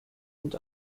und